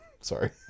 Sorry